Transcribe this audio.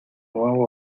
nuevo